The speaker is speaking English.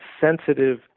sensitive